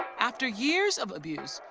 after years of abuse,